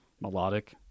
melodic